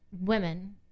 women